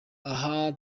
aha